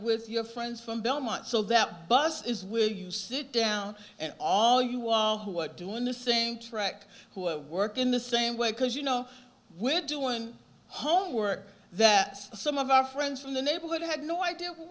with your friends from belmont so that bus is will you sit down and all you all who are doing the same trick who work in the same way because you know we're doing homework that some of our friends from the neighborhood had no idea wh